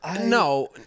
no